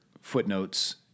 footnotes